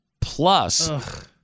plus